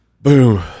Boom